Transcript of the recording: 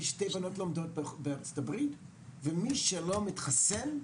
בארצות הברית מי שלא מתחסן,